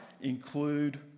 include